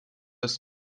ist